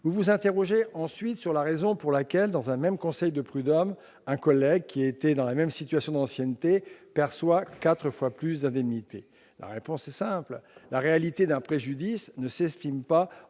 Vous vous interrogez, ensuite, sur la raison pour laquelle, devant un même conseil de prud'hommes, un collègue qui était dans la même situation d'ancienneté perçoit quatre fois plus d'indemnités. La réponse est simple. La réalité d'un préjudice ne s'estime pas